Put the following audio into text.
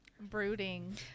brooding